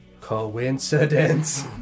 Coincidence